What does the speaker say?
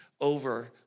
over